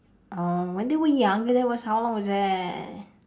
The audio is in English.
oh when they were young and that was how long was that